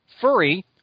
furry